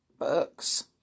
books